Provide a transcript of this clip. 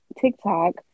TikTok